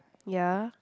ya